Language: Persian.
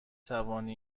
توانی